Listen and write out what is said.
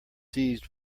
seized